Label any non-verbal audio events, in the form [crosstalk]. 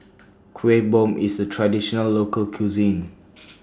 Kueh Bom IS A Traditional Local Cuisine [noise]